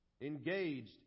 engaged